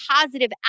positive